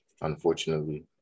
unfortunately